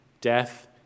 death